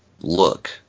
look